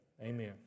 Amen